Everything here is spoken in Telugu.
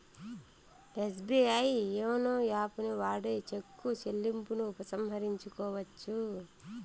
ఎస్బీఐ యోనో యాపుని వాడి చెక్కు చెల్లింపును ఉపసంహరించుకోవచ్చు